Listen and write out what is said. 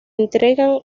entregan